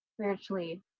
spiritually